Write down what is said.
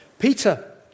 Peter